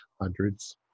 hundreds